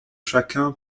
chacun